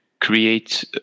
create